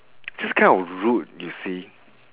just kind of rude you see